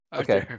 okay